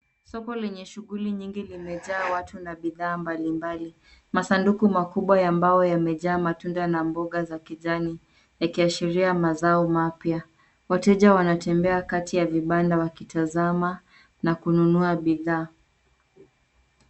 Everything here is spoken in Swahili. Soko lenye shughuli nyingi limejaa watu na bidhaa mbalimbali. Masanduku makubwa ambayo yamejaa matunda na mboga za kijani, yakiashiria mazao mapya. Wateja wanatembea kati ya vibanda wakitazama na kununua bidhaa.